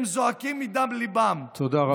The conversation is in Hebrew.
הם זועקים מדם ליבם, תודה רבה.